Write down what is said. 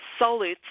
solutes